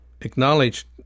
acknowledged